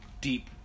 deep